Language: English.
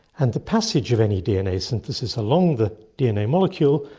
and the passage of any dna synthesis along the dna molecule,